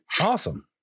Awesome